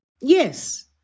Yes